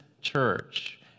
church